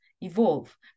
evolve